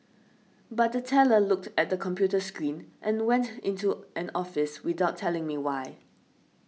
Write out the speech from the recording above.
but the teller looked at the computer screen and went into an office without telling me why